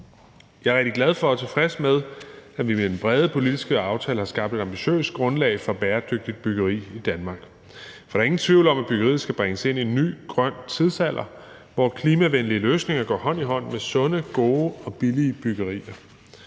Jeg er rigtig glad for og tilfreds med, at vi med den brede politiske aftale har skabt et ambitiøst grundlag for bæredygtigt byggeri i Danmark. For der er ingen tvivl om, at byggeriet skal bringes ind i en ny, grøn tidsalder, hvor klimavenlige løsninger går hånd i hånd med sunde, gode og billige byggerier.